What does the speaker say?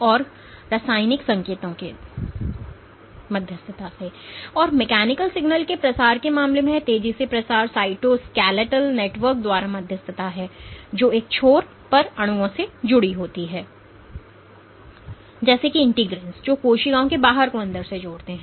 और mechanical signal के प्रसार के मामले में यह तेजी से प्रसार साइटोस्केलेटल नेटवर्क द्वारा मध्यस्थता है जो एक छोर पर अणुओं से जुड़ी होती है जैसे कि इंटीगिंस जो कोशिकाओं के बाहर को अंदर से जोड़ते हैं